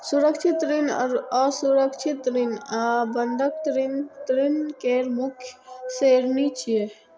सुरक्षित ऋण, असुरक्षित ऋण आ बंधक ऋण ऋण केर मुख्य श्रेणी छियै